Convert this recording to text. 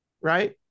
right